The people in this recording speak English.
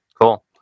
Cool